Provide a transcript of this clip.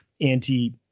anti